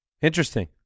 interesting